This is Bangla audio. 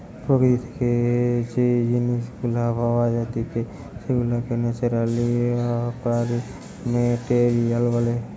প্রকৃতি থেকে যেই জিনিস গুলা পাওয়া জাতিকে সেগুলাকে ন্যাচারালি অকারিং মেটেরিয়াল বলে